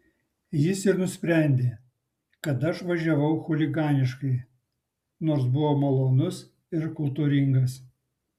jis ir nusprendė kad aš važiavau chuliganiškai nors buvo malonus ir kultūringas